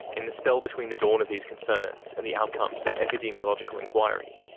in the spell between the dawn of these concerns and the outcomes of epidemiological inquiry,